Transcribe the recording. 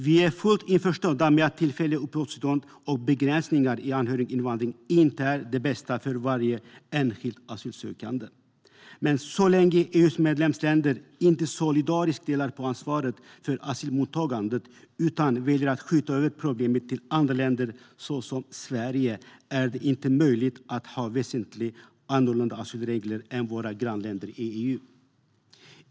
Vi är fullt införstådda med att tillfälliga uppehållstillstånd och begränsningar i anhöriginvandring inte är det bästa för varje enskild asylsökande. Men så länge EU:s medlemsländer inte solidariskt delar på ansvaret för asylmottagandet utan väljer att skjuta över problemet till vissa länder, såsom Sverige, är det inte möjligt för oss att ha väsentligt annorlunda asylregler än våra grannländer i EU.